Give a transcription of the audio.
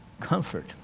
Comfort